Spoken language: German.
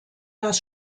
das